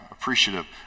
appreciative